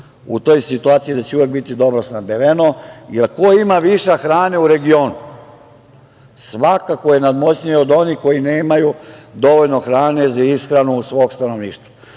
u toj situaciji da će uvek biti dobro snabdeveno, jer ko ima višak hrane u regionu, svakako je nadmoćniji od onih koji nemaju dovoljno hrane za ishranu svog stanovništva.